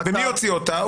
ומי הוציא אותה?